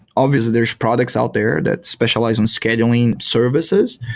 obviously there is products out there that specialize in scheduling services.